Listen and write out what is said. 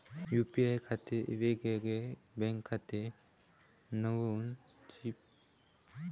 UPI खातीर येगयेगळे बँकखाते बनऊची पडतात काय?